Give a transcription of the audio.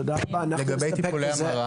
תודה רבה, אנחנו נסתפק בזה.